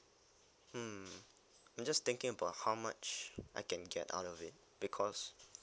mm I just thinking about how much I can get out of it because